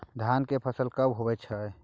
धान के फसल कब होय छै?